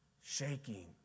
Shaking